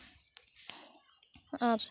ᱟᱨ